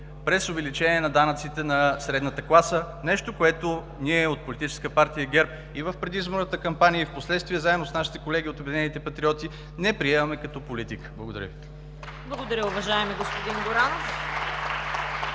през увеличение на данъците на средната класа – нещо, което ние от Политическа партия ГЕРБ и в предизборната кампания, и впоследствие заедно с нашите колеги от „Обединените патриоти“ не приемаме като политика. Благодаря Ви. (Ръкопляскания